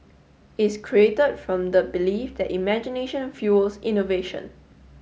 is created from the belief that imagination fuels innovation